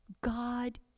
God